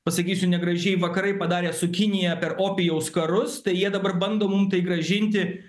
pasakysiu negražiai vakarai padarė su kinija per opijaus karus tai jie dabar bando mum tai grąžinti